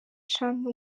canke